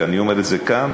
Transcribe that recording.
ואני אומר את זה כאן,